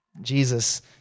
Jesus